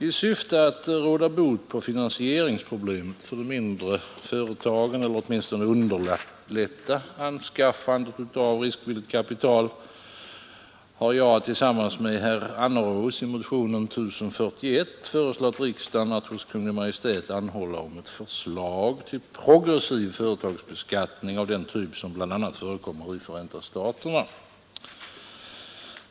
I syfte att råda bot på finansieringsproblemet för de mindre företagen eller åtminstone underlätta anskaffandet av riskvilligt kapital har jag tillsammans med herr Annerås i motionen 1041 föreslagit riksdagen att hos Kungl. Maj:t anhålla om förslag till progressiv företagsbeskattning av den typ som bl.a. förekommer i USA.